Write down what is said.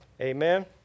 Amen